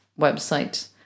website